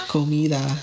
Comida